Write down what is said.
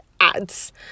ads